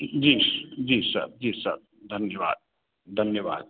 जी जी सर जी सर धन्यवाद धन्यवाद